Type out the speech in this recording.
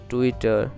Twitter